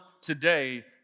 today